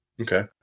Okay